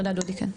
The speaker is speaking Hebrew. תודה דודי כן.